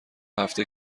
هفته